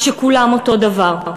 שכולם אותו דבר.